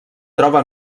troba